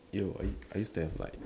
yo I I used to have like